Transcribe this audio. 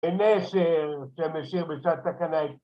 נשר שמשיר בשעת סכנה את